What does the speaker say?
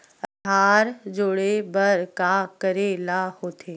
आधार जोड़े बर का करे ला होथे?